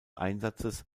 einsatzes